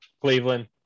Cleveland